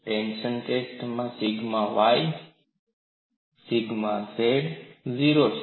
tension test માં sigma y અને sigma z 0 છે